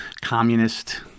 communist